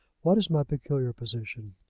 what is my peculiar position?